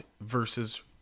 versus